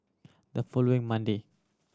the following Monday